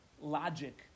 logic